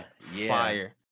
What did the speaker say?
fire